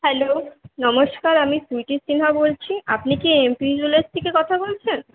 hello নমস্কার আমি সুইটি সিনহা বলছি আপনি কি এমপি জুয়েলার্স থেকে কথা বলছেন